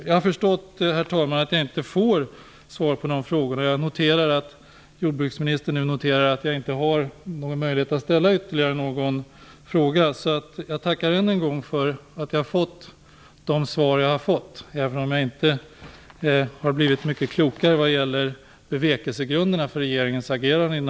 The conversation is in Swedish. Jag har förstått, herr talman, att jag inte får svar på mina frågor och att jordbruksministern nu noterar att jag inte har möjlighet att ställa ytterligare någon fråga. Så jag tackar än en gång för de besked jordbruksministern har givit, även om jag inte har blivit mycket klokare vad gäller bevekelsegrunderna för regeringens agerande.